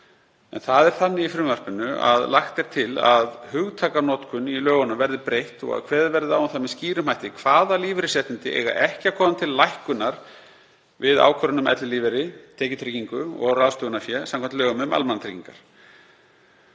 Það er þannig í frumvarpinu að lagt er til að hugtakanotkun í lögunum verði breytt og að kveðið verði á um það með skýrum hætti hvaða lífeyrisréttindi eiga ekki að koma til lækkunar við ákvörðun um ellilífeyri, tekjutryggingu og ráðstöfunarfé samkvæmt lögum um almannatryggingar.